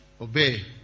Obey